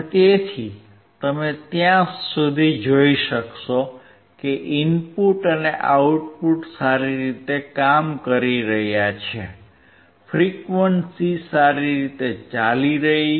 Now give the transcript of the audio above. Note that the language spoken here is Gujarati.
તેથી તમે ત્યાં સુધી જોઈ શકશો કે ઇનપુટ અને આઉટપુટ સારી રીતે કામ કરી રહ્યા છે ફ્રીક્વન્સી સારી રીતે ચાલી રહી છે